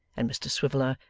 and mr swiveller,